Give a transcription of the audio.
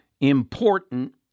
important